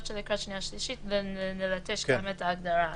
שלקראת שנייה ושלישית נלטש גם את ההגדרה הזאת.